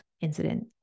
incident